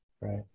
right